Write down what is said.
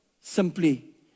Simply